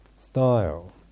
style